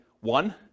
one